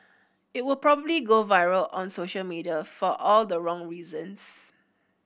it would probably go viral on social media for all the wrong reasons